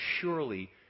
surely